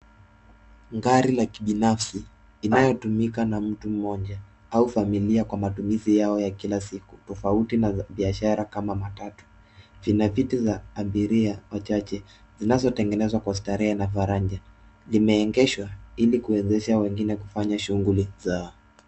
Gari la kibinafsi, inayotumika na mtu mmoja, au familia kwa matumizi yao ya kila siku tofauti na biashara kama matatu. Vina viti za abiria wachache, zinazotengenezwa kwa starehe na faraja. Limeegeshwa ili kuwezesha wengine kufanya shughuli zao.